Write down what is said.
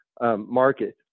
Market